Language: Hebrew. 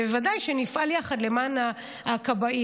וודאי שנפעל יחד למען הכבאים.